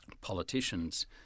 politicians